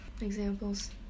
examples